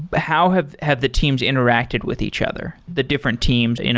but how have have the teams interacted with each other, the different teams? you know